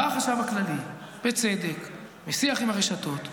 בא החשב הכללי בצדק בשיח עם הרשתות,